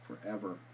forever